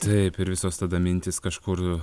taip ir visos tada mintys kažkur